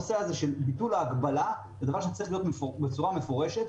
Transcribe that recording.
לכן הנושא הזה של ביטול ההגבלה הוא דבר שצריך להיות בצורה מפורשת.